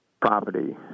property